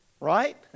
right